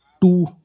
two